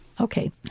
Okay